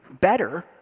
better